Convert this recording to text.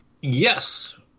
Yes